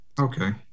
Okay